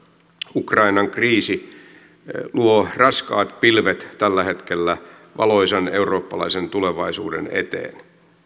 ukrainan kriisi luo raskaat pilvet tällä hetkellä valoisan eurooppalaisen tulevaisuuden eteen